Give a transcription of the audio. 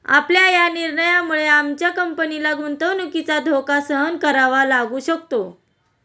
आपल्या या निर्णयामुळे आमच्या कंपनीला गुंतवणुकीचा धोका सहन करावा लागू शकतो